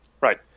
Right